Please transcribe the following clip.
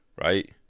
right